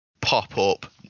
Pop-Up